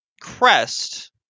crest